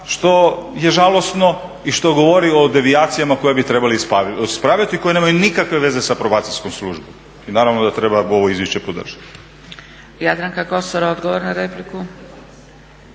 što je žalosno i što govori o devijacijama koje bi trebali ispravljati koje nemaju nikakve veze sa provacijskom službom. I naravno da treba ovo izvješće podržati.